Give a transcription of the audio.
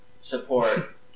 support